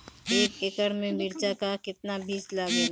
एक एकड़ में मिर्चा का कितना बीज लागेला?